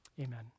Amen